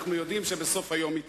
אנחנו יודעים שבסוף היום היא תעבור.